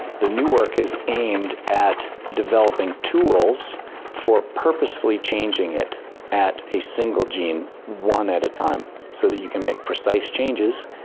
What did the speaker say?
the new work is aimed at developing tools for purposefully changing it at a single gene, one at a time, so that you can make precise changes,